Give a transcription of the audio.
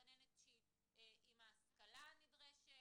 זו היתה גננת עם ההשכלה הנדרשת,